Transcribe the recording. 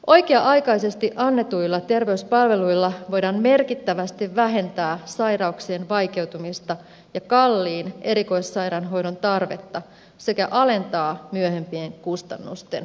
oikea aikaisesti annetuilla terveyspalveluilla voidaan merkittävästi vähentää sairauksien vaikeutumista ja kalliin erikoissairaanhoidon tarvetta sekä alentaa myöhempien kustannusten määrää